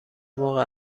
موقع